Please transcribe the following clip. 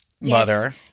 mother